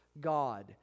God